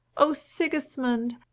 oh, sigismund!